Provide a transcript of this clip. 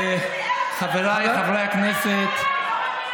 חבריי חברי הכנסת,